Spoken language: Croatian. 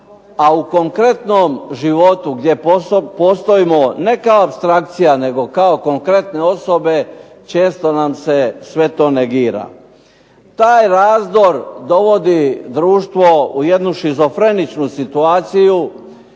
a u konkretnom životu gdje postojimo ne kao apstrakcija kao konkretne osobe često nam se sve to negira. Taj razdor dovodi društvo u jednu šizofreničku situaciju